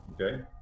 Okay